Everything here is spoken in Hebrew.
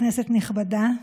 כנסת נכבדה,